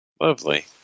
Lovely